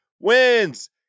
wins